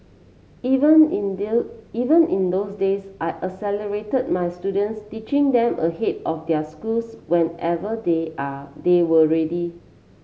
even in deal even in those days I accelerated my students teaching them ahead of their schools whenever they are they were ready